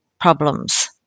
problems